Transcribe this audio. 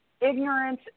Ignorance